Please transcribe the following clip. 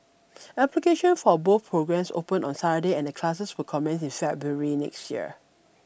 application for both programs opened on Saturday and classes will commence in February next year